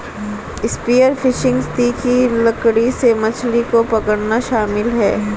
spear fishing तीखी लकड़ी से मछली को पकड़ना शामिल है